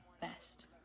Best